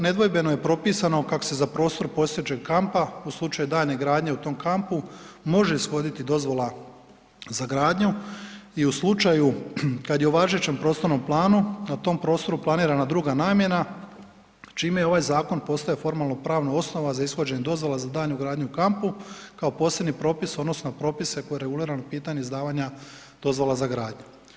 Nedvojbeno je propisano kako se za prostor postojećeg kampa u slučaju daljnje gradnje u tom kampu može ishoditi dozvola za gradnju i u slučaju kad je u važećem prostornom planu na tom prostoru planirana druga namjena, čime je ovaj zakon postao formalno pravna osnova za ishođenje dozvola za daljnju gradnju u kampu kao posebni propis odnosno propise kojima je regulirano pitanje izdavanja dozvola za gradnju.